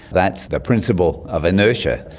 that's the principle of inertia,